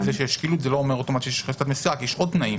אבל זה שיש שקילות זה לא אומר אוטומטית שיש חזקת מסירה כי יש עוד תנאים.